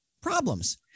problems